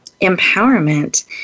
empowerment